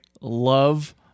love